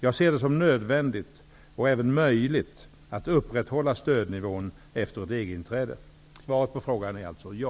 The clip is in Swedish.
Jag ser det som nödvändigt och även möjligt att upprätthålla stödnivån efter ett EG-inträde. Svaret på frågan är alltså ja.